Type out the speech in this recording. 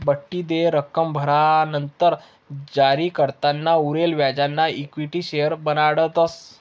बठ्ठी देय रक्कम भरानंतर जारीकर्ताना उरेल व्याजना इक्विटी शेअर्स बनाडतस